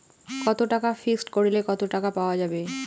কত টাকা ফিক্সড করিলে কত টাকা পাওয়া যাবে?